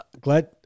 Glad